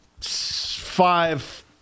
five